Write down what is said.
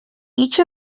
each